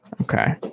Okay